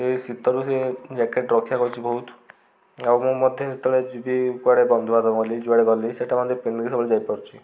ସେ ଶୀତରୁ ସେ ଜ୍ୟାକେଟ୍ ରକ୍ଷା କରୁଛି ବହୁତ ଆଉ ମୁଁ ମଧ୍ୟ ସେତେବେଳେ ଯିବି କୁଆଡ଼େ ବନ୍ଧୁବାନ୍ଧବ ଗଲି ଯୁଆଡ଼େ ଗଲି ସେଇଟା ମଧ୍ୟ ପିନ୍ଧିକି ସବୁବେଳେ ଯାଇପାରୁଛି